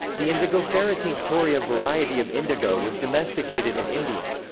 the indigofera tinctoria variety of indigo was domesticated in india.